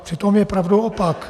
Přitom je pravdou opak.